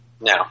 no